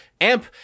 Amp